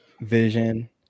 vision